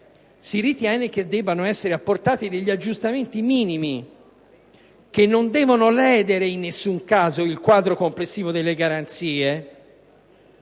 si ritiene che debbano essere apportati degli aggiustamenti minimi, che non devono ledere in nessun caso il quadro complessivo delle garanzie,